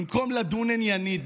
במקום לדון עניינית,